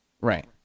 Right